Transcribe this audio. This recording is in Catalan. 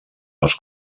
les